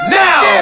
now